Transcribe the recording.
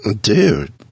Dude